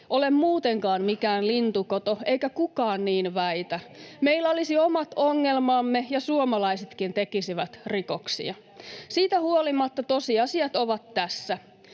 ole muutenkaan mikään lintukoto, eikä kukaan niin väitä. Meillä olisi omat ongelmamme ja suomalaisetkin tekisivät rikoksia. Siitä huolimatta tosiasiat ovat tässä: